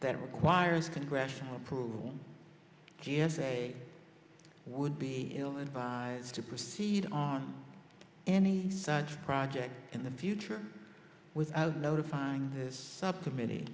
that requires congressional approval g s a would be ill advised to proceed on any such project in the future without notifying this subcommittee